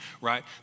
right